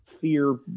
fear